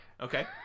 Okay